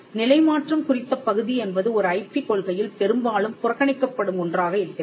நிலை மாற்றம் குறித்த பகுதி என்பது ஒரு ஐபி கொள்கையில் பெரும்பாலும் புறக்கணிக்கப்படும் ஒன்றாக இருக்கிறது